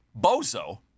Bozo